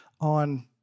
on